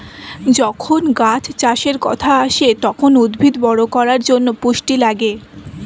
যখন গাছ চাষের কথা আসে, তখন উদ্ভিদ বড় করার জন্যে পুষ্টি লাগে